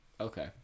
Okay